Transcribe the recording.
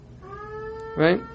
right